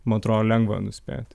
man atrodo lengva nuspėt